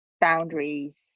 boundaries